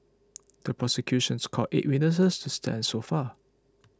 the prosecutions called eight witnesses to stand so far